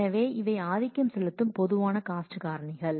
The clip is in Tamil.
எனவே இவை ஆதிக்கம் செலுத்தும் பொதுவான காஸ்ட் காரணிகள்